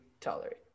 tolerate